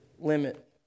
limit